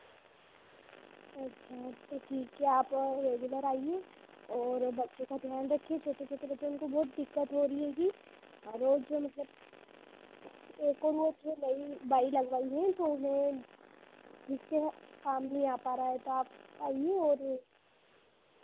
अच्छा तो ठीक है आप इधर आइए और बच्चों का ध्यान रखिए छोटे छोटे बच्चे हैं उनको बहुत दिक्कत हो रही हैगी रोज का मतलब एक और वो नई बाई लगवाई है तो उन्हें ठीक से काम नहीं आ पा रहा है तो आप आइए और